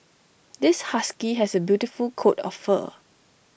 this husky has A beautiful coat of fur